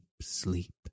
sleep